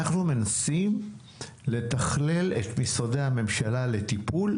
אנחנו מנסים לתכלל את משרדי הממשלה לטיפול,